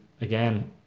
again